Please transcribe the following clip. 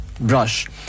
brush